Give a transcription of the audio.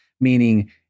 meaning